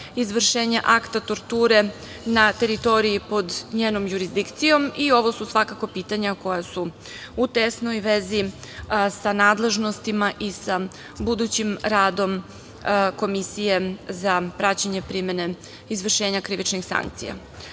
izvršenje akta torture na teritoriji pod njenom jurisdikcijom i ovo su svakako pitanja koja su u tesnoj vezi sa nadležnostima i sa budućim radom Komisije za praćenje primene izvršenje krivičnih sankcija. Osim